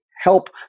help